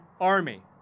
army